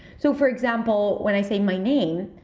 so for example when i say my name,